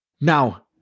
now